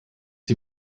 die